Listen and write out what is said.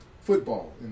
football